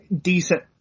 decent